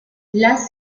las